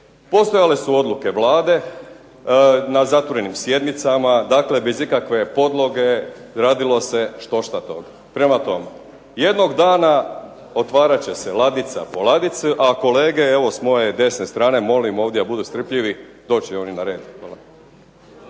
Postojale su odluke Vlade na zatvorenim sjednicama, dakle bez ikakve podloge radilo se štošta toga. Prema tome, jednog dana otvarat će se ladica po ladica, a kolege evo s moje desne strane molim ovdje da budu strpljivi doći će i oni na red. Hvala.